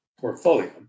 portfolio